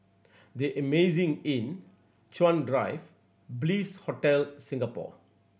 The Amazing Inn Chuan Drive Bliss Hotel Singapore